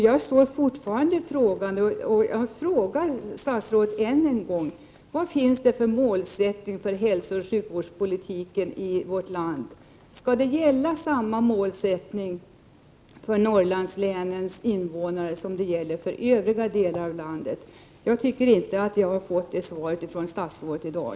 Jag frågar statsrådet än en gång: Vad finns det för målsättning för hälsooch sjukvårdspolitiken i vårt land? Skall samma målsättning gälla för Norrlandslänens invånare som för invånarna i övriga delar av landet? Jag tycker inte att jag har fått ett svar från statsrådet i dag.